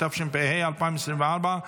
התשפ"ה 2024,